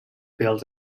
built